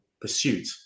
pursuit